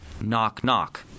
knock-knock